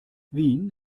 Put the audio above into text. wien